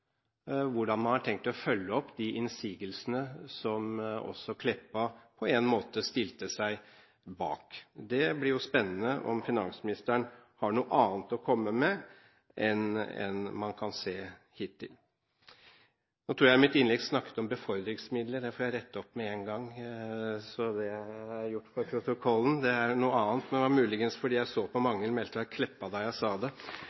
hvordan man har tenkt å følge opp de innsigelsene som også Meltveit Kleppa på en måte stilte seg bak. Det blir spennende om finansministeren har noe annet å komme med enn det man hittil har sett. Nå tror jeg at jeg i starten på mitt innlegg snakket om «befordringsmidler» og ikke om «innfordring». Det får jeg rette opp med en gang, så det er gjort for protokollen. «Befordringsmidler» er noe annet, men det var muligens fordi jeg så på Magnhild Meltveit Kleppa da jeg sa